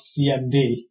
CMD